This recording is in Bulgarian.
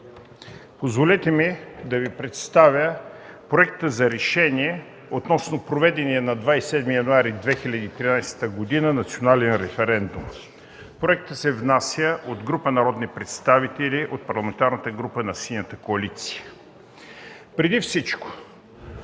Позволете ми да Ви представя Проект за решение относно проведения на 27 януари 2013 г. национален референдум. Проектът се внася от група народни представители от Парламентарната група на Синята коалиция. Преди всичко,